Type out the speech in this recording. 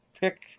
pick